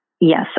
yes